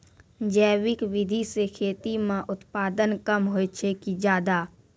जैविक विधि से खेती म उत्पादन कम होय छै कि ज्यादा?